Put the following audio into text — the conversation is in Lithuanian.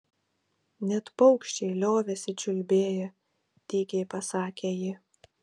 net paukščiai liovėsi čiulbėję tykiai pasakė ji